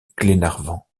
glenarvan